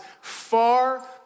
far